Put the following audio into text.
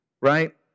Right